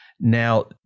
Now